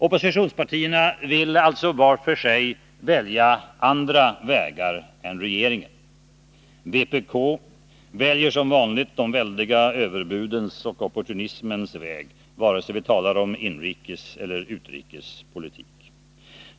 Oppositionspartierna vill vart för sig välja andra vägar än regeringen. Vpk väljer som vanligt de väldiga överbudens och opportunismens väg, vare sig vi talar om inrikeseller utrikespolitik.